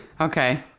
Okay